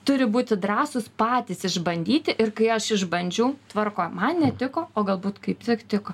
turi būti drąsūs patys išbandyti ir kai aš išbandžiau tvarkoj man netiko o galbūt kaip tik tiko